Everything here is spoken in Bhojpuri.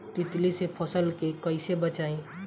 तितली से फसल के कइसे बचाई?